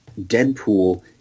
Deadpool